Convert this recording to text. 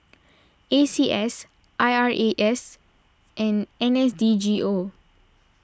A C S I R A S and N S D G O